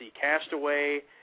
castaway